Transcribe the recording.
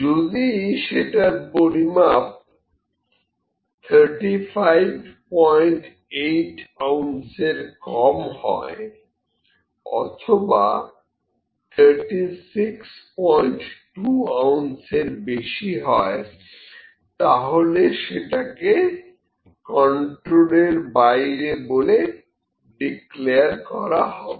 যদি সেটার পরিমাপ 358 আউনসের কম হয় অথবা 362 আউনসের বেশি হয় তাহলে সেটাকে কন্ট্রোলের বাইরে বলে ডিক্লেয়ার করা হবে